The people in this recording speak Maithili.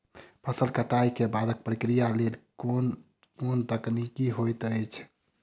फसल कटाई केँ बादक प्रक्रिया लेल केँ कुन तकनीकी होइत अछि?